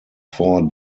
four